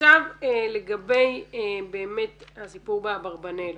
עכשיו לגבי הסיפור באברבנאל,